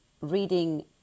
reading